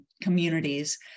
communities